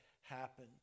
happen